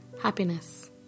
happiness